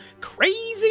Crazy